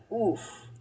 oof